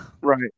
Right